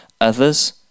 Others